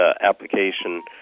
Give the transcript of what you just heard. application